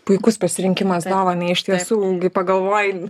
puikus pasirinkimas dovanai iš tiesų kai pagalvoji